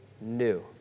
new